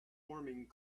forming